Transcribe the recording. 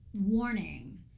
warning